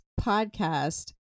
podcast